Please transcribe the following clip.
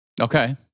Okay